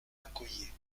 accoyer